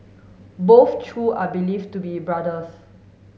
both Chew are believed to be brothers